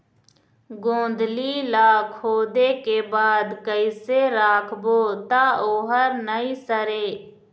गोंदली ला खोदे के बाद कइसे राखबो त ओहर नई सरे?